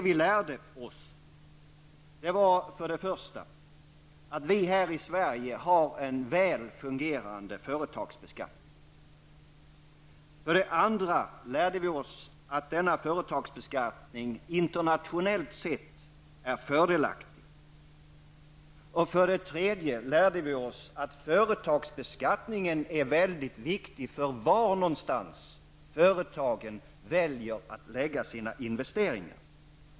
Vi lärde oss för det första att vi här i Sverige har en väl fungerande företagsbeskattning. För det andra lärde vi oss att denna företagsbeskattning internationellt sett är fördelaktig. För det tredje lärde vi oss att företagsbeskattningen är väldigt viktig för var någonstans företagen väljer att förlägga sina investeringar.